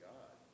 God